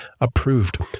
approved